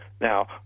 Now